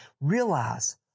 Realize